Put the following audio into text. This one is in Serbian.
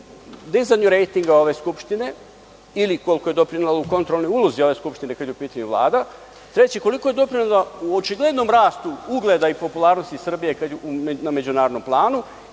dizanju rejtinga ove Skupštine ili koliko je doprinela u kontrolnoj ulozi ove skupštine kada je u pitanju Vlada? Treće, koliko je doprinela u očiglednom rastu ugleda i popularnosti Srbije na međunarodnom planu?